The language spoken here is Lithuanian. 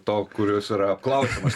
to kuris yra apklausiamas